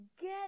get